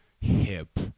hip